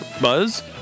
buzz